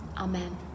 Amen